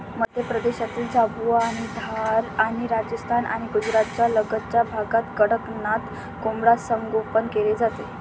मध्य प्रदेशातील झाबुआ आणि धार आणि राजस्थान आणि गुजरातच्या लगतच्या भागात कडकनाथ कोंबडा संगोपन केले जाते